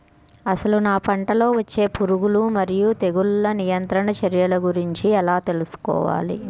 అసలు నా పంటలో వచ్చే పురుగులు మరియు తెగులుల నియంత్రణ చర్యల గురించి ఎలా తెలుసుకోవాలి?